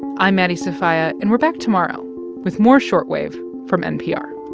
i'm maddie sofia, and we're back tomorrow with more short wave from npr